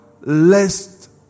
lest